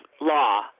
law